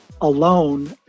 alone